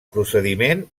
procediment